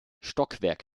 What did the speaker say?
stockwerk